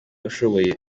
ushoboye